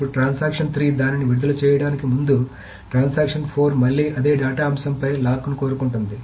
ఇప్పుడు ట్రాన్సాక్షన్ 3 దానిని విడుదల చేయడానికి ముందు ట్రాన్సాక్షన్ 4 మళ్లీ అదే డేటా అంశంపై అదే లాక్ని కోరుకుంటుంది